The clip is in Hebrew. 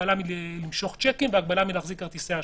הגבלה מלמשוך צ'קים והגבלה מלהחזיק כרטיסי אשראי.